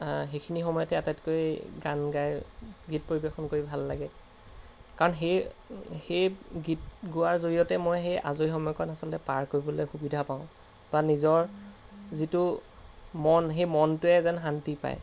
সেইখিনি সময়তে আটাইতকৈ গান গাই গীত পৰিৱেশন কৰি ভাল লাগে কাৰণ সেই সেই গীত গোৱাৰ জৰিয়তে মই সেই আজৰি সময়কণ আচলতে পাৰ কৰিবলৈ সুবিধা পাওঁ বা নিজৰ যিটো মন সেই মনটোৱে যেন শান্তি পায়